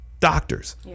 Doctors